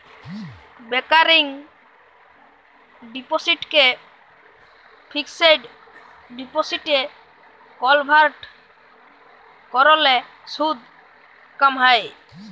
recurring ডিপসিটকে fixed ডিপসিটে convert ক্যরলে সুদ ক্যম হ্যয়